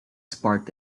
sparked